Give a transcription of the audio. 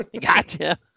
Gotcha